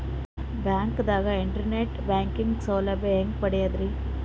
ಬ್ಯಾಂಕ್ದಾಗ internet banking ಸೌಲಭ್ಯ ಹೆಂಗ್ ಪಡಿಯದ್ರಿ?